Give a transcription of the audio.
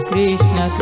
Krishna